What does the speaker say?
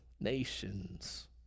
Nations